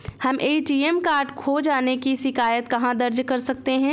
हम ATM card खो जाने की शिकायत कहाँ दर्ज कर सकते हैं?